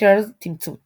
Terse - תמצות